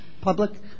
public